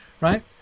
Right